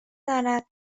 زند